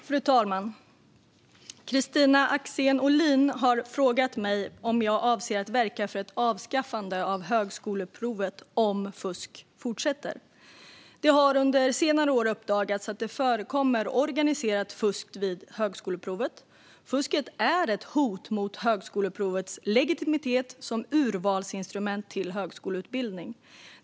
Fru talman! Kristina Axén Olin har frågat mig om jag avser att verka för ett avskaffande av högskoleprovet om fusk fortsätter. Det har under senare år uppdagats att det förekommer organiserat fusk vid högskoleprovet. Fusket är ett hot mot högskoleprovets legitimitet som urvalsinstrument till högskoleutbildning.